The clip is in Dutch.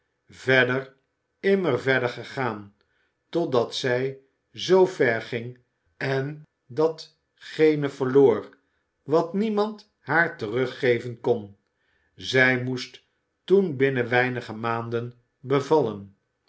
verder immer verder gegaan totdat zij zoo ver ging en datgene verloor wat niemand haar teruggeven kon zij moest toen binnen weinige maanden bevallen